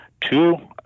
Two